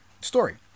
story